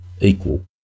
equal